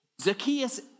Zacchaeus